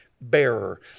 bearer